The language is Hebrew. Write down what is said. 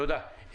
תודה.